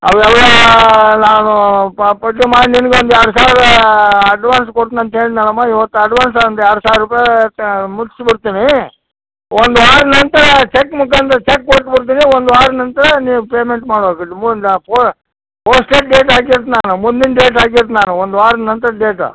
ಅವೆಲ್ಲಾ ನಾನು ಪಟ್ಟಿ ಮಾಡಿ ನಿಮ್ಗೊಂದು ಎರಡು ಸಾವಿರ ಅಡ್ವಾನ್ಸ್ ಕೊಡ್ತಿನಂತ ಹೇಳಿದ್ದೆನಲ್ಲಮ್ಮ ಇವತ್ತು ಅಡ್ವಾನ್ಸ್ ಒಂದು ಎರಡು ಸಾವಿರ ರೂಪಾಯಿ ಮುಟ್ಸಿ ಬಿಡ್ತೀನಿ ಒಂದು ವಾರದ್ ನಂತರ ಚೆಕ್ ಮುಖಾಂತರ ಚೆಕ್ ಕೊಟ್ಟು ಬಿಡ್ತೀನಿ ಒಂದು ವಾರ ನಂತರ ನೀವು ಪೇಮೆಂಟ್ ಪೋಸ್ಟದ್ ಡೇಟ್ ಹಾಕಿರ್ತಿನಿ ನಾನು ಮುಂದಿನ ಡೇಟ್ ಹಾಕಿರ್ತಿನಿ ನಾನು ಒಂದು ವಾರ ನಂತ್ರದ ಡೇಟು